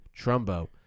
Trumbo